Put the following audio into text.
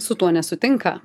su tuo nesutinka